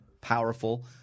powerful